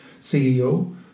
ceo